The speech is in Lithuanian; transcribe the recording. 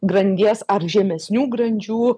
grandies ar žemesnių grandžių